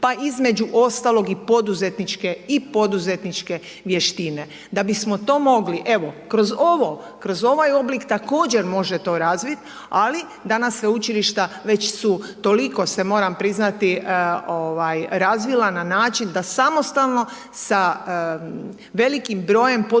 Pa između ostalog, i poduzetničke i poduzetničke vještine. Da bismo to mogli, evo, kroz ovaj oblik također to razviti, ali danas Sveučilišta već su toliko, moram priznati, se razvila na način da samostalno sa velikim brojem poduzetnika